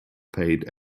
paid